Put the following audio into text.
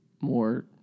more